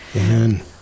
Amen